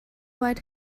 weit